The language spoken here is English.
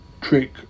Trick